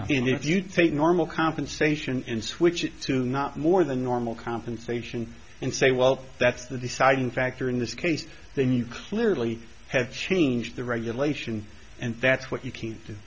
if you take normal compensation and switch to not more than normal compensation and say well that's the deciding factor in this case then you clearly have changed the regulation and that's what you